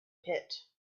pit